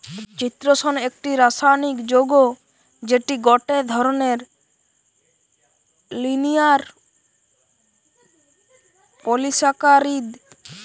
চিতোষণ একটি রাসায়নিক যৌগ্য যেটি গটে ধরণের লিনিয়ার পলিসাকারীদ